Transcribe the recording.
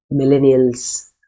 millennials